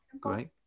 Great